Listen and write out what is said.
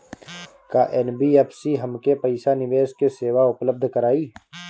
का एन.बी.एफ.सी हमके पईसा निवेश के सेवा उपलब्ध कराई?